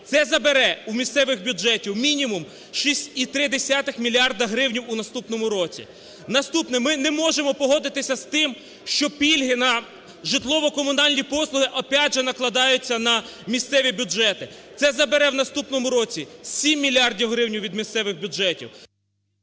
Це забере у місцевих бюджетів мінімум 6,3 мільярда гривен у наступному році. Наступне. Ми не можемо погодитися з тим, що пільги на житлово-комунальні послуги опять же накладаються на місцеві бюджети. Це забере в наступному році 7 мільярдів гривен від місцевих бюджетів.